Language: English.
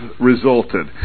resulted